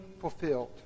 fulfilled